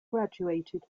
graduated